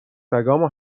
سگامو